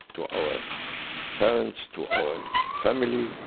to our parents, to our family.